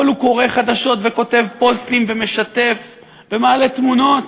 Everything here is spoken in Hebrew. אבל הוא קורא חדשות וכותב פוסטים ומשתף ומעלה תמונות.